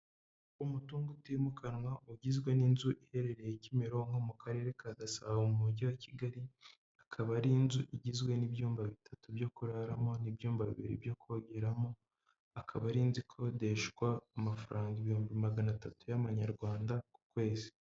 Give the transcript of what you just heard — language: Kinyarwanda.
Umutungo utimukanwa ugizwe n'inzu iherereye Kimironko mu karere ka Gasabo mu mujyi wa Kigali akaba ari inzu igizwe n'ibyumba bitatu byo kuraramo n'ibyumba bibiri byo kogeramo akaba ari inzu ikodeshwa amafaranga ibihumbi magana atatu y'amanyarwanda ku kwezi.